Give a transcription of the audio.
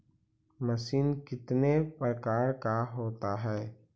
Machine कितने प्रकार का होता है?